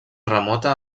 remota